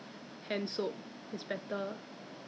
so then did you see doctor for your hand in that case